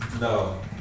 No